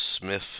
Smith